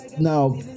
Now